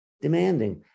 demanding